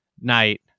night